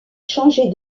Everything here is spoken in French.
changer